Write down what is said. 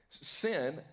Sin